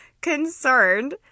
concerned